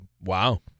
Wow